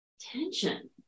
tension